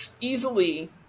easily